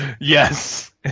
Yes